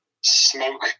smoke